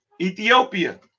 Ethiopia